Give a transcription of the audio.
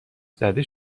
زده